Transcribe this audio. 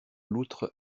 loutre